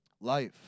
life